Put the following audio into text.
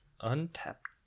Untapped